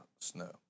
snow